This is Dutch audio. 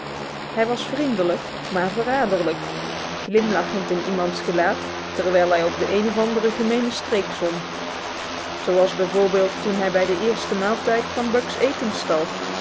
hij was vriendelijk maar verraderlijk glimlachend in iemands gelaat terwijl hij op de een of andere gemene streek zon zoals bijv toen hij bij de eerste maaltijd van buck's eten stal